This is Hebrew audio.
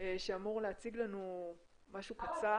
שאמור להציג לנו משהו קצר,